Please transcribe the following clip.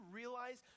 realize